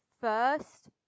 first